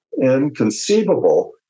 inconceivable